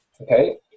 okay